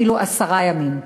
אפילו עשרה ימים.